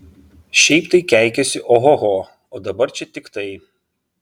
šiaip tai keikiasi ohoho o dabar čia tik tai